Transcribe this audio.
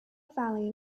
valley